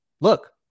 look